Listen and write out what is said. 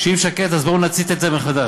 אם שקט, אז בואו נצית את זה מחדש,